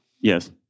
Yes